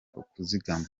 kuzigama